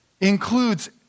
includes